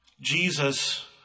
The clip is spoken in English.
Jesus